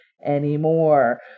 anymore